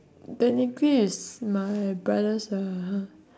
technically is my brothers lah ha